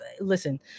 listen